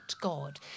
God